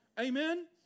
Amen